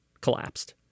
collapsed